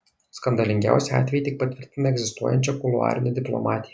skandalingiausi atvejai tik patvirtina egzistuojančią kuluarinę diplomatiją